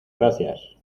gracias